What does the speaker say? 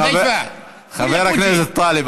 חבר הכנסת טלב,